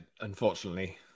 unfortunately